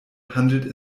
handelte